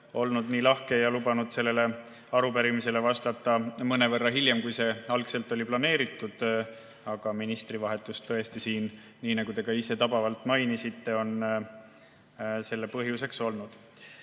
olnud nii lahke ja lubanud sellele arupärimisele vastata mõnevõrra hiljem, kui see algselt oli planeeritud! Ministri vahetus on tõesti, nii nagu te ka ise tabavalt mainisite, olnud selle põhjuseks. Te